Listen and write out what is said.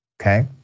Okay